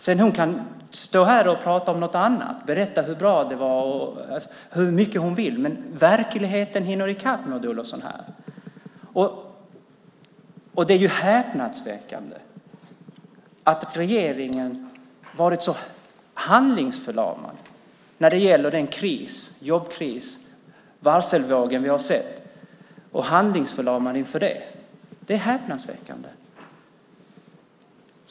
Hon kan stå här bäst hon vill och prata om något annat eller berätta hur bra det var, men verkligheten hinner ikapp Maud Olofsson här. Det är häpnadsväckande att regeringen varit så handlingsförlamad när det gäller den jobbkris och de varsel vi har sett.